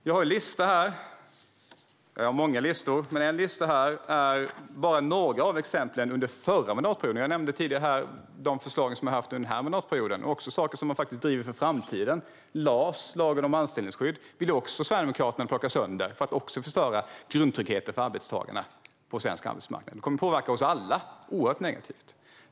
Jag har här en lista med några exempel på sådant som Sverigedemokraterna röstat nej till under förra mandatperioden. Jag nämnde tidigare de förslag man har haft under den här mandatperioden och sådant man driver inför framtiden. Lagen om anställningsskydd, LAS, vill Sverigedemokraterna plocka sönder för att förstöra grundtryggheten för arbetstagarna på svensk arbetsmarknad. Det kommer att påverka oss alla negativt.